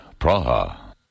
Praha